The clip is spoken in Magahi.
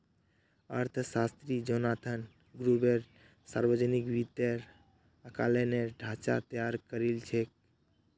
अर्थशास्त्री जोनाथन ग्रुबर सावर्जनिक वित्तेर आँकलनेर ढाँचा तैयार करील छेक